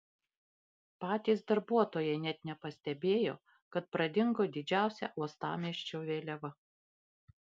patys darbuotojai net nepastebėjo kad pradingo didžiausia uostamiesčio vėliava